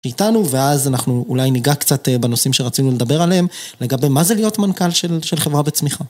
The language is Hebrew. איתנו ואז אנחנו אולי ניגע קצת בנושאים שרצינו לדבר עליהם לגבי מה זה להיות מנכל של חברה בצמיחה.